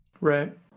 Right